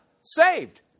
Saved